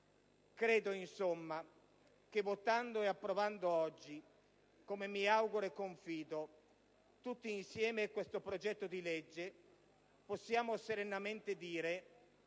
Credo, insomma, che votando ed approvando oggi, come mi auguro e confido, tutti insieme questo disegno di legge, si possa serenamente dire